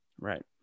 Right